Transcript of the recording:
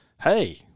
Hey